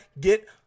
get